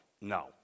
No